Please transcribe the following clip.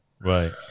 right